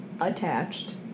Attached